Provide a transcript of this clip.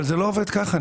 אבל זה לא עובד ככה.